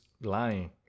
lying